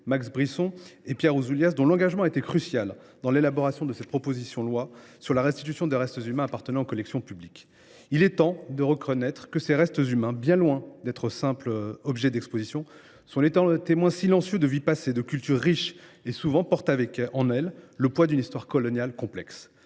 Max Brisson et Pierre Ouzoulias, dont l’engagement a été crucial dans l’élaboration de cette proposition de loi relative à la restitution des restes humains appartenant aux collections publiques. Il est temps de reconnaître que ces restes humains, bien loin d’être de simples objets d’exposition, sont les témoins silencieux de vies passées et de cultures riches et qu’ils portent souvent en eux le poids d’une histoire coloniale complexe.